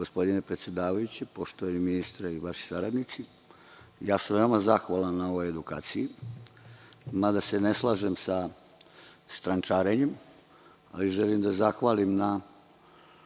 gospodine predsedavajući, poštovani ministre, veoma sam zahvalan na ovoj edukaciji, mada se ne slažem sa strančarenjem, ali želim da zahvalim na